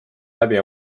läbi